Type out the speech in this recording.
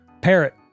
Parrot